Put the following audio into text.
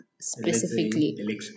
specifically